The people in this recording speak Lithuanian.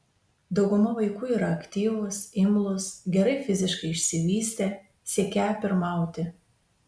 dauguma vaikų yra aktyvūs imlūs gerai fiziškai išsivystę siekią pirmauti